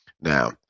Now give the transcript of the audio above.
Now